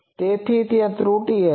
તેથી ત્યાં ત્રુટી હશે